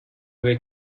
were